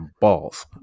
balls